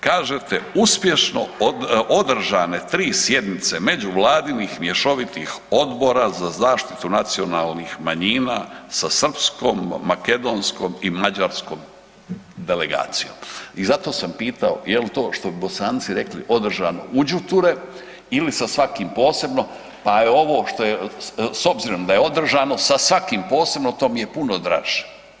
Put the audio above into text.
Kažete, uspješno održane 3 sjednice međuvladinih mješovitih odbora za zaštitu nacionalnih manjina sa srpskom, makedonskom i mađarskom delegacijom i zato sam pitao, je li to što bi Bosanci rekli, održano u đuture ili sa svakim posebno, pa je ovo što je, s obzirom da je održano sa svakim posebno, to mi je puno draže.